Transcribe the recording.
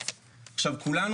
כולנו,